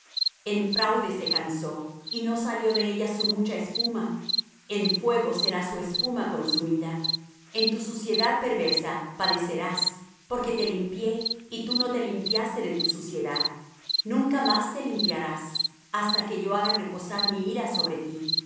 en fraude se cansó y no salió de ella su mucha espuma en fuego será su espuma consumida en tu suciedad perversa padecerás porque te limpié y tú no te limpiaste de tu suciedad nunca más te limpiarás hasta que yo haga reposar mi ira sobre ti